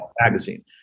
magazine